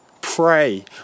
pray